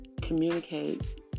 Communicate